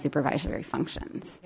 supervisory functions